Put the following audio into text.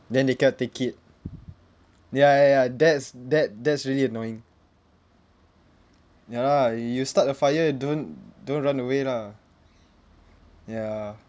then they cannot take it ya ya ya that's that that's really annoying ya lah y~ you start a fire don't don't run away lah ya